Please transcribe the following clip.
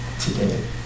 today